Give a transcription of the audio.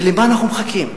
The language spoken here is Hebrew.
ולמה אנחנו מחכים?